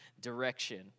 direction